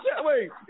wait